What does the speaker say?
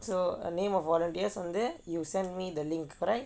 so err name of volunteers வந்து:vanthu you send me the link correct